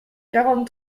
quarante